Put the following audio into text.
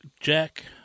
Jack